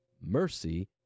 mercy